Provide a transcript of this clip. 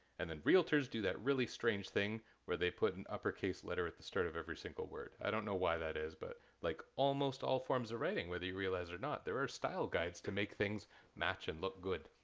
and then realtors do that really strange thing where they put an uppercase letter at the start of every single word. i don't know why that is, but, like almost all forms of writing, whether you realize or not, there are style guides to make things match and look good.